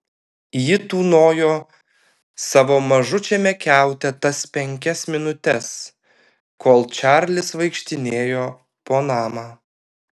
ji tūnojo savo mažučiame kiaute tas penkias minutes kol čarlis vaikštinėjo po namą